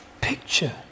picture